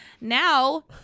Now